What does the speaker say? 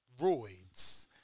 roids